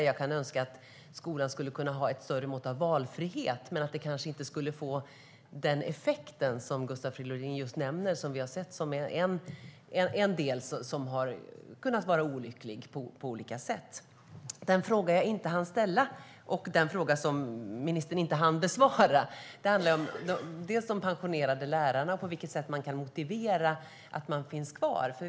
Jag kan önska att skolan kunde ha ett större mått av valfrihet, men det skulle kanske inte få den effekt som Gustav Fridolin nämner och som vi sett varit olycklig till viss del. Den fråga jag inte hann ställa handlar om de pensionerade lärarna, på vilket sätt man kan motivera dem att vara kvar.